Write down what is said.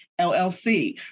LLC